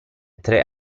tre